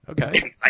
Okay